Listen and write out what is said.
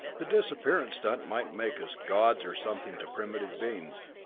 the disappearance stunt might make us gods or something to primitive beings.